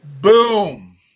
Boom